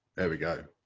there we go.